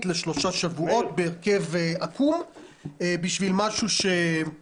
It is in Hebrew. לשלושה שבועות בשביל משהו לא ברור.